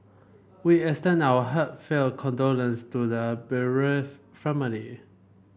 we extend our heartfelt condolences to the bereaved family